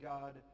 God